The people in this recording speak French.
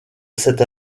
cette